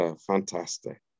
fantastic